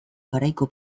garaiko